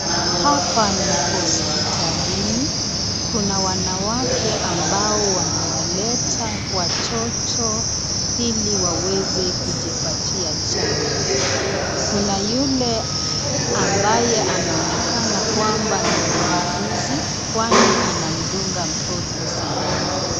Hapa ni hospitalini, kuna wanawake ambao wamewaleta watoto ili waweze kujipatia chanjo. Kuna yule ambaye anaonekana kwamba ni muuguzi kwani anamdunga mtoto sindano.